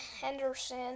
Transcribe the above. Henderson